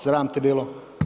Sram te bilo.